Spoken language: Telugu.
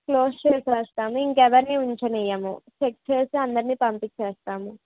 క్లోజ్ చేసేస్తాము ఇంక ఎవరిని ఉంచనివ్వము చెక్ చేసి అందరిని పంపిచేస్తాము